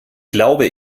glaube